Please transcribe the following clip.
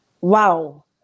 Wow